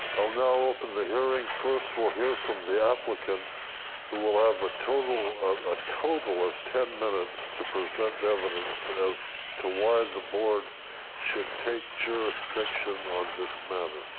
i'll know, open the hearing first, we'll hear from the applicant who will have a total of a total of ten minutes to present evidence as to why the board should take jurisdiction on this matter.